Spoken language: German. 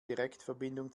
direktverbindung